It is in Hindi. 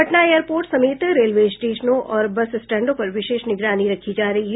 पटना एयरपोर्ट समेत रेलवे स्टेशनों और बस स्टैंडों पर विशेष निगरानी रखी जा रही है